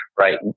right